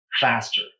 faster